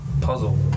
puzzle